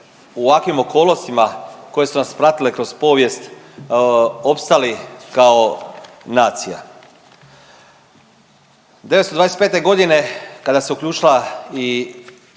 u ovakvim okolnostima koje su nas pratile kroz povijest opstali kao nacija. 925. godine kada se uključila